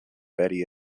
betty